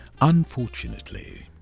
Unfortunately